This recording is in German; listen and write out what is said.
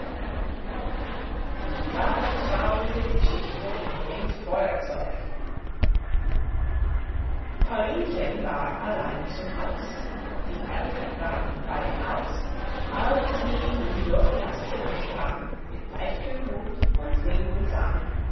die gar traurige geschichte mit dem feuerzeug paulinchen war allein zu haus die eltern waren beide aus als sie nun durch das zimmer sprang mit leichtem mut und sing und sang